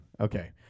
okay